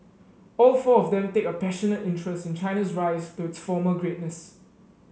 all four of them take a passionate interest in China's rise to its former greatness